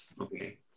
Okay